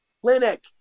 Clinic